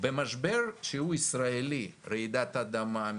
במשבר שהוא ישראלי כמו רעידת אדמה,